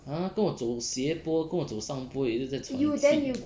!huh! 跟我走斜坡跟我走上坡也是在喘气